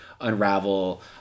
unravel